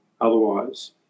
otherwise